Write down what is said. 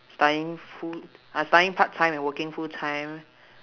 studying full uh studying part time and working full time